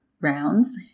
rounds